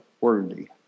worthy